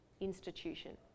institution